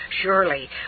Surely